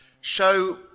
show